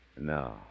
No